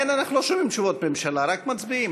לכן אנחנו לא שומעים תשובות ממשלה, רק מצביעים.